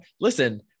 listen